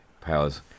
powers